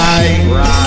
Right